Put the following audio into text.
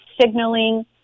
signaling